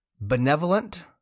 benevolent